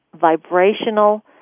vibrational